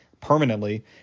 permanently